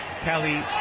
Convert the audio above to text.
Kelly